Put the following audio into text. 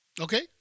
Okay